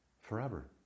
forever